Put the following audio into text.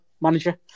manager